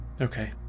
Okay